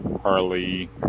Harley